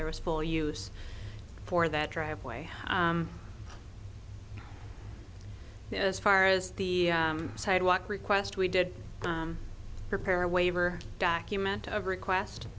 there was full use for that driveway as far as the sidewalk request we did prepare a waiver document of request